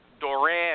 Doran